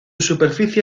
superficie